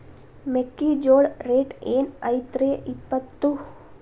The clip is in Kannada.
ಮೆಕ್ಕಿಜೋಳ ರೇಟ್ ಏನ್ ಐತ್ರೇ ಇಪ್ಪತ್ತು?